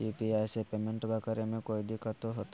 UPI से पेमेंटबा करे मे कोइ दिकतो होते?